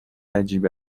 عجیب